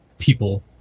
people